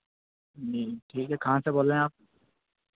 जी ठीक है कहाँ से बोल रहे हैं आप